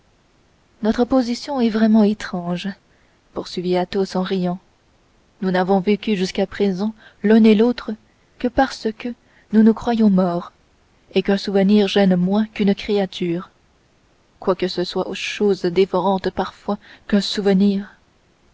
notre position est vraiment étrange poursuivit athos en riant nous n'avons vécu jusqu'à présent l'un et l'autre que parce que nous nous croyions morts et qu'un souvenir gêne moins qu'une créature quoique ce soit chose dévorante parfois qu'un souvenir